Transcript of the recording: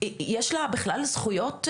יש לה בכלל זכויות להתאושש?